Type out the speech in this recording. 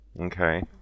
Okay